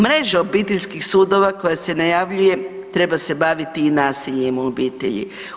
Mreža obiteljskih sudova koja se najavljuje treba se baviti i nasiljem u obitelji.